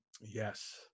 Yes